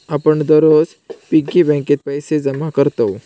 आपण दररोज पिग्गी बँकेत पैसे जमा करतव